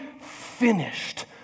finished